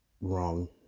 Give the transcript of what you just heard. wrong